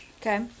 Okay